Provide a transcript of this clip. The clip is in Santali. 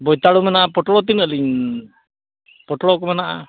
ᱵᱳᱭᱛᱟᱲᱳ ᱢᱮᱱᱟᱜᱼᱟ ᱯᱟᱹᱴᱷᱩᱣᱟᱹ ᱛᱤᱱᱟᱹᱜ ᱞᱤᱧ ᱯᱟᱹᱴᱷᱩᱣᱟᱹ ᱠᱚ ᱢᱮᱱᱟᱜᱼᱟ